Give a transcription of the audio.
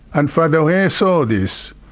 and father o'hare saw this,